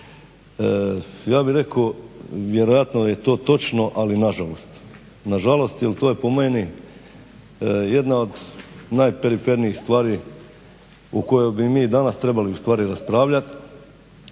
Ja bih rekao vjerojatno je to točno, ali nažalost. Nažalost jer to je po meni jedna od najperifernijih stvari o kojoj bi mi danas trebali ustvari raspravljati.